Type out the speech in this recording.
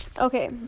Okay